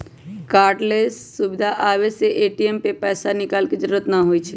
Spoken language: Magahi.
कार्डलेस सुविधा आबे से ए.टी.एम से पैसा निकाले के जरूरत न होई छई